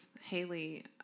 Haley